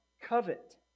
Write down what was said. covet